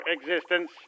existence